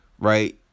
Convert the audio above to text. right